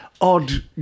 Odd